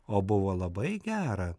o buvo labai gera